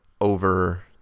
over